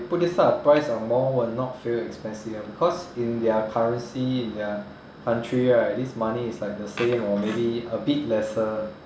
put this type of price angmoh will not feel expensive eh because in their currency in their country right this money is like the same or maybe a bit lesser